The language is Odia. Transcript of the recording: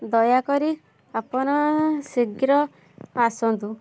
ଦୟାକରି ଆପଣ ଶୀଘ୍ର ଆସନ୍ତୁ